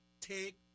take